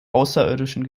außerirdischen